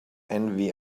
envy